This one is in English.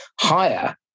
higher